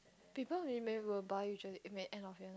people really will buy usually end of year